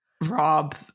Rob